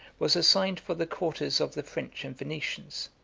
was assigned for the quarters of the french and venetians.